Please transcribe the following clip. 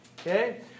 Okay